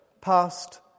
Past